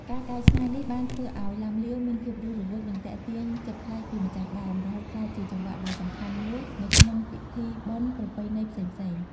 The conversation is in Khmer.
ការកែច្នៃនេះបានធ្វើឲ្យ ឡាំលាវមានភាពរស់រវើក និងទាក់ទាញចិត្តប្លែកពីម្ចាស់ដើម រហូតក្លាយជាចង្វាក់ដ៏សំខាន់មួយនៅក្នុងពិធីបុណ្យប្រពៃណីផ្សេងៗ។